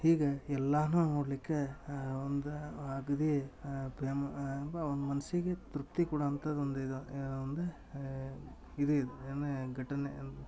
ಹೀಗೆ ಎಲ್ಲಾನು ನೋಡ್ಲಿಕ್ಕೆ ಒಂದು ಅಗ್ದಿ ಪೇಮ ಪ ಒಂದು ಮನಸ್ಸಿಗೆ ತೃಪ್ತಿ ಕೊಡವಂಥದ್ ಒಂದು ಇದು ಒಂದು ಇದು ಇದು ಏನು ಘಟನೆಯನ್